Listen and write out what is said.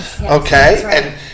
okay